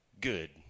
good